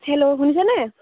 hello শুনিছানে